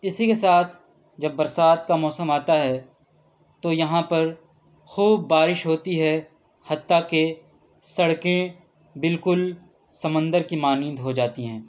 اسی کے ساتھ جب برسات کا موسم آتا ہے تو یہاں پر خوب بارش ہوتی ہے حتیٰ كہ سڑكیں بالكل سمندر كی مانند ہو جاتی ہیں